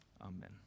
Amen